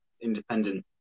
independent